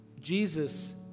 Jesus